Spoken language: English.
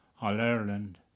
All-Ireland